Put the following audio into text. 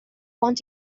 want